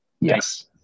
Yes